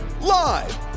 Live